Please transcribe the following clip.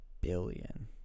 billion